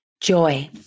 joy